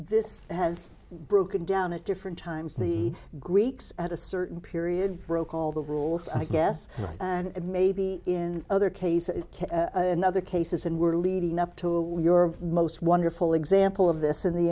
this has broken down at different times the greeks at a certain period broke all the rules i guess and maybe in other cases in other cases and were leading up to your most wonderful example of this in the